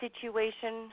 situation